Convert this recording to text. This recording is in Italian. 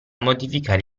modificare